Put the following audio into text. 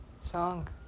song